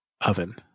Oven